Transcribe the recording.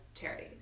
charity